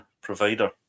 provider